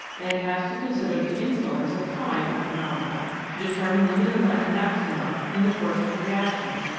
and it has to consider the influence of time on phenomena, to determine the minima and maxima in the course of reactions,